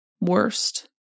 worst